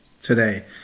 today